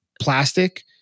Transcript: plastic